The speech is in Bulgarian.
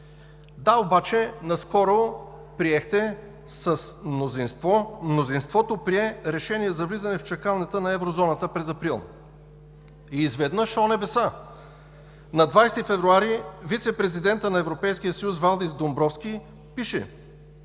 Да обаче наскоро мнозинството прие решение за влизане в чакалнята на Еврозоната през месец април. И изведнъж – о, небеса! – на 20 февруари вицепрезидентът на Европейския съюз Валдис Домбровскис пише: